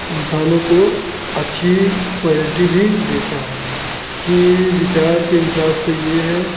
इंसानों को अच्छी कोलिटी भी देता है कि विचार के हिसाब से यह है